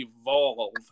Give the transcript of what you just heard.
evolve